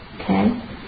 Okay